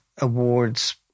awards